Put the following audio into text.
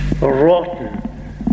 rotten